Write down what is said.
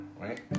right